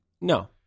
no